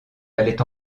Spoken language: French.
allaient